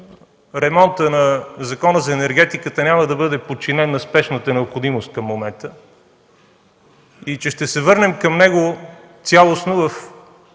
че ремонтът на Закона за енергетиката няма да бъде подчинен на спешната необходимост към момента и че ще се върнем към него цялостно,